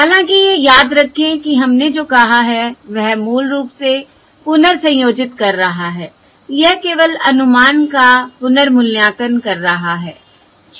हालाँकि यह याद रखें कि हमने जो कहा है वह मूल रूप से पुनर्संयोजित कर रहा है यह केवल अनुमान का पुनर्मूल्यांकन कर रहा है ठीक है